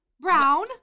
Brown